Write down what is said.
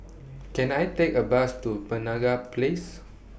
Can I Take A Bus to Penaga Place